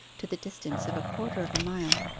to the distance of a quarter of a mile,